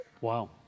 Wow